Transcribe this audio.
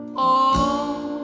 oh